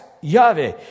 Yahweh